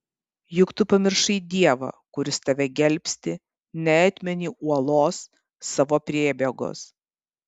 juk tu pamiršai dievą kuris tave gelbsti neatmeni uolos savo priebėgos